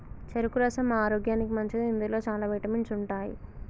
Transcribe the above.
చెరుకు రసం ఆరోగ్యానికి మంచిది ఇందులో చాల విటమిన్స్ ఉంటాయి